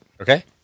Okay